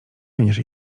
będziesz